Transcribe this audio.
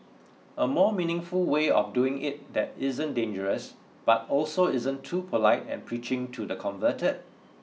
a more meaningful way of doing it that isn't dangerous but also isn't too polite and preaching to the converted